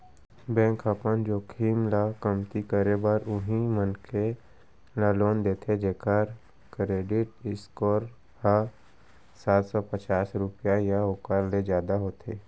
bank ह अपन जोखिम ल कमती करे बर उहीं मनखे ल लोन देथे जेखर करेडिट स्कोर ह सात सव पचास रुपिया या ओखर ले जादा होथे